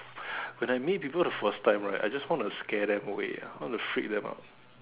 when I meet people the first time right I just want to scare them away I want to freak them out